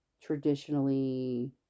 traditionally